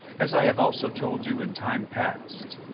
as i have also told you in time past,